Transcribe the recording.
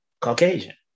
Caucasian